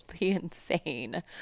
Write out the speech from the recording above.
insane